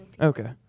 Okay